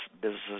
businesses